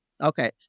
Okay